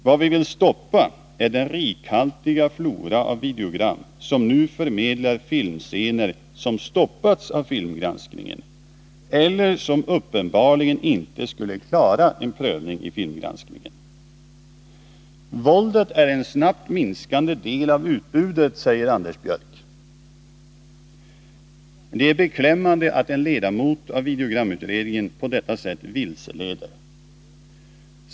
Vad vi vill stoppa är den rikhaltiga flora av videogram som nu förmedlar filmscener som stoppats av filmgranskningen eller som uppenbarligen inte skulle klara en prövning i filmgranskningen. Våldet är en snabbt minskande del av utbudet, säger Anders Björck. Det är beklämmande att en ledamot av videogramutredningen på detta sätt vilseleder.